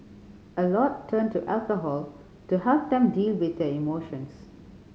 a lot turn to alcohol to help them deal with their emotions